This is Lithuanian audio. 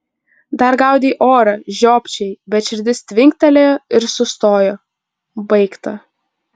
dar gaudei orą žiopčiojai bet širdis tvinktelėjo ir sustojo baigta